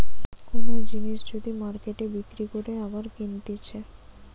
কোন জিনিস যদি মার্কেটে বিক্রি করে আবার কিনতেছে